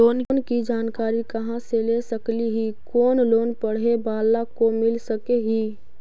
Loan की जानकारी कहा से ले सकली ही, कोन लोन पढ़े बाला को मिल सके ही?